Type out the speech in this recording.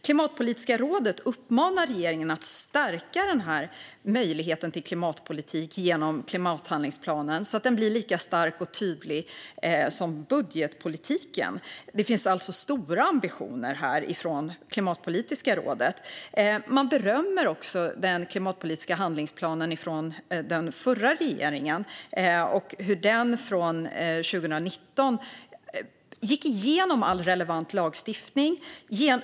Klimatpolitiska rådet uppmanar regeringen att stärka möjligheten till klimatpolitik genom klimathandlingsplanen så att den blir lika stark och tydlig som budgetpolitiken. Det finns alltså stora ambitioner här från Klimatpolitiska rådet. Man berömmer också den klimatpolitiska handlingsplanen från den förra regeringen och hur den från 2019 gick igenom all relevant lagstiftning.